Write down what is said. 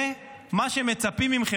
זה מה שמצפים מכם.